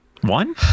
One